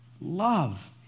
love